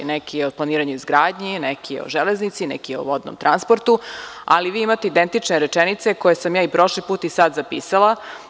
Neki o planiranju i izgradnji, neki o železnici, neki o vodnom transportu, ali vi imate identične rečenice koje sam ja i prošli put i sada zapisala.